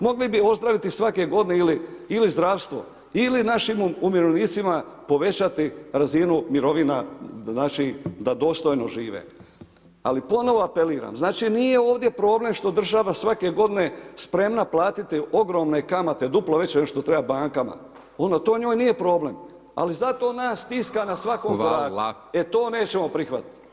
Mogli bi ozdraviti svake godine ili zdravstvo ili našim umirovljenicima povećati razinu mirovina znači da dostojno žive, ali ponovo apeliram znači ovdje nije ovdje problem što država svake godine spremna platiti ogromne kamate duplo veće nego što treba bankama ono to njoj nije problem, ali zato nas stiska na svakom koraku [[Upadica: Hvala.]] e to nećemo prihvatiti.